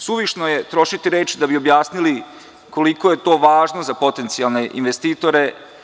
Suvišno je trošiti reči da bi objasnili koliko je to važno za potencijalne investitore.